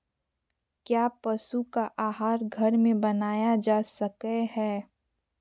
क्या पशु का आहार घर में बनाया जा सकय हैय?